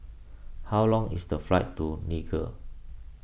how long is the flight to Niger